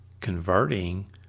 converting